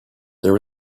there